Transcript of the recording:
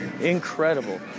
Incredible